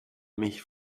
mich